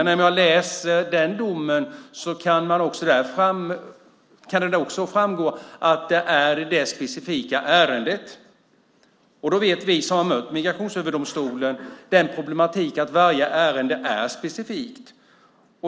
När man läser den domen kan det också framgå att det gäller det specifika ärendet. Vi som var med och inrättade Migrationsöverdomstolen känner problematiken att varje ärende är specifikt.